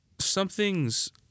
Something's